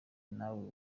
nawe